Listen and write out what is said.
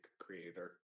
creator